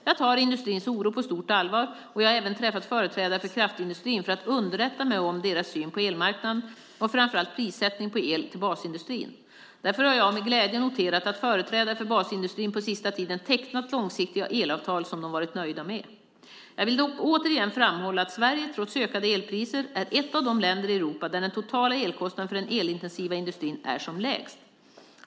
Jag tar industrins oro på stort allvar och jag har även träffat företrädare för kraftindustrin för att underrätta mig om deras syn på elmarknaden och framför allt prissättningen på el till basindustrin. Därför har jag med glädje noterat att företrädare för basindustrin på sista tiden tecknat långsiktiga elavtal som de varit nöjda med. Jag vill dock återigen framhålla att Sverige, trots ökande elpriser, är ett av de länder i Europa där den totala elkostnaden för den elintensiva industrin är som lägst.